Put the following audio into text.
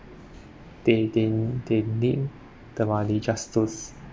they they they need the money just to